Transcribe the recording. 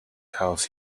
house